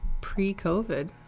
pre-COVID